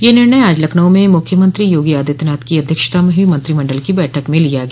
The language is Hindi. यह निर्णय आज लखनऊ में मुख्यमंत्री योगी आदित्यनाथ की अध्यक्षता में हुई मंत्रिमंडल की बैठक में लिया गया